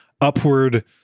upward